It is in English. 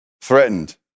threatened